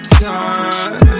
time